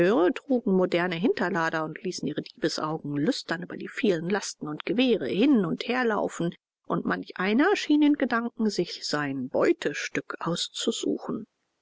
trugen moderne hinterlader und ließen ihre diebsaugen lüstern über die vielen lasten und gewehre hin und herlaufen und manch einer schien in gedanken sich sein beutestück auszusuchen